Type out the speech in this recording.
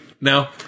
No